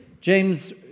James